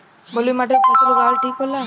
बलुई माटी पर फसल उगावल ठीक होला?